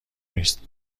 نیست